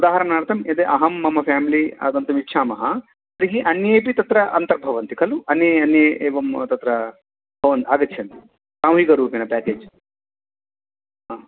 उदाहरणार्थं यदि अहं मम फ़ेमिली आगन्तुमिच्छामः तर्हि अन्येपि तत्र अन्तर्भवन्ति खलु अन्ये अन्ये एवं तत्र आम् आगच्छन्ति सामूहिकरूपेण पेकेज्